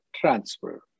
transfer